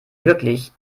wirklich